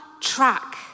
track